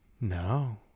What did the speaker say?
No